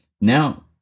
Now